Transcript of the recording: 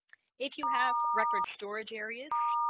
if you have record storage areas,